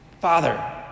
Father